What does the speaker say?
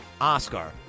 Oscar